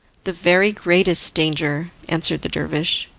the very greatest danger, answered the dervish.